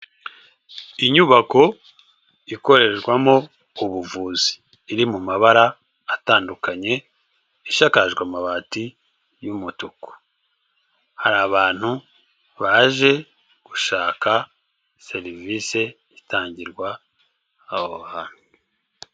Inyubako ikorerwamo ubuvuzi iri mu mabara atandukanye ishakajwe amabati y'umutuku, hari abantu baje gushaka serivise itangirwa aho hantu.